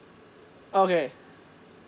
okay